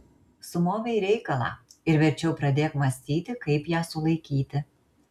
sumovei reikalą ir verčiau pradėk mąstyti kaip ją sulaikyti